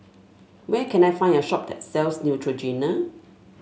where can I find a shop that sells Neutrogena